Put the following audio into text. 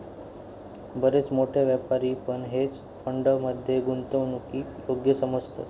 बरेच मोठे व्यापारी पण हेज फंड मध्ये गुंतवणूकीक योग्य समजतत